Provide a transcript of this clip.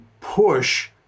push